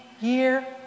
year